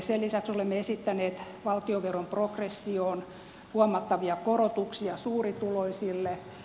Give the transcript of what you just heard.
sen lisäksi olemme esittäneet valtionveron progressioon huomattavia korotuksia suurituloisille